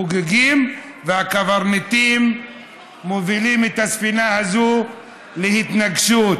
חוגגים והקברניטים מובילים את הספינה הזאת להתנגשות.